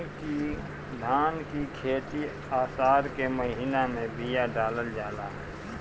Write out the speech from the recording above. धान की खेती आसार के महीना में बिया डालल जाला?